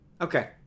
Okay